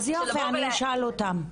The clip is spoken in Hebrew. אז יופי, אני אשאל אותן.